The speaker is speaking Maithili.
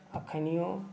एखनिओ